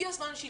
הגיע הזמן שהיא